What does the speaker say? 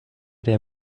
der